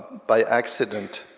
by accident,